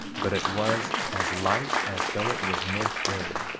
but it was as light as though it was mid-day.